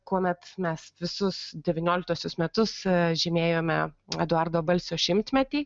kuomet mes visus devynioliktuosius metus žymėjome eduardo balsio šimtmetį